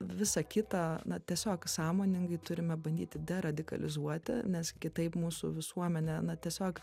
visą kitą na tiesiog sąmoningai turime bandyti dar radikalizuoti nes kitaip mūsų visuomenė tiesiog